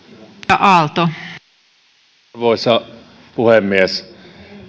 arvoisa puhemies